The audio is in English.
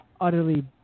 utterly